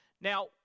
Now